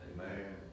Amen